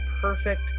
perfect